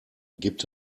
gibt